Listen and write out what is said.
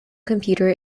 computer